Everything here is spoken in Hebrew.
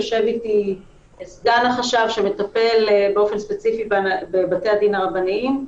יושב איתי סגן החשב שמטפל באופן ספציפי בבתי הדין הרבניים.